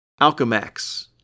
Alchemax